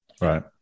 Right